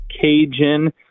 Cajun